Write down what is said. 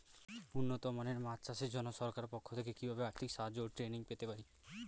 উন্নত মানের মাছ চাষের জন্য সরকার পক্ষ থেকে কিভাবে আর্থিক সাহায্য ও ট্রেনিং পেতে পারি?